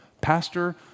pastor